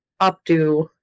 updo